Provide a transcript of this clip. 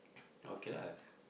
okay lah